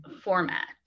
format